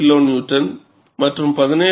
3 KN மற்றும் 17